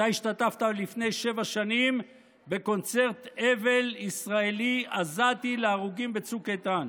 אתה השתתפת לפני שבע שנים בקונצרט אבל ישראלי-עזתי להרוגים בצוק איתן.